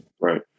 Right